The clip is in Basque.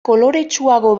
koloretsuago